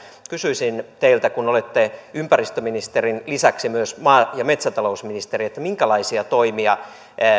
kysyisin teiltä kun olette ympäristöministerin lisäksi myös maa ja metsätalousministeri minkälaisia toimia